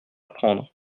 prendre